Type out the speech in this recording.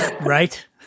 Right